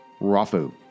Rafu